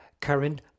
Karen